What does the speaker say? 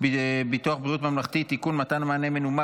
ביטוח בריאות ממלכתי (תיקון מס' 70) (מענה מנומק